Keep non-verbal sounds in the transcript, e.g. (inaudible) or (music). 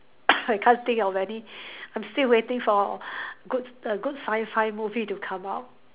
(coughs) I can't think of any I'm still waiting for good a good Sci-fi movie to come out